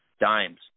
dimes